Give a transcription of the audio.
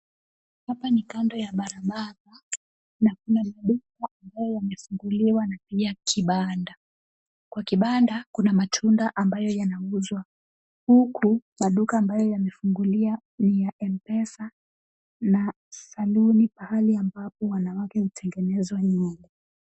Hapa ni kando ya barabara na kuna maduka ambayo yamefunguliwa na pia kibanda. Kwa kibanda kuna matunda ambayo yanauzwa huku maduka ambayo yamefunguliwa ni ya M-pesa na saluni pahali ambapo wanawake hutengenezwa nywele.